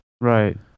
Right